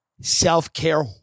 self-care